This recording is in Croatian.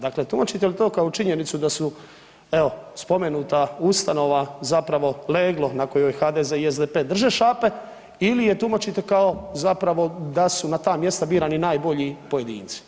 Dakle, tumačite li to kao činjenicu da su evo spomenuta ustanova zapravo leglo na kojoj HDZ i SDP drže šape ili je tumačite kao zapravo da su na ta mjesta birani najbolji pojedinci?